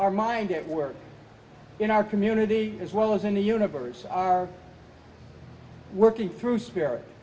our mind at work in our community as well as in the universe are working through spirit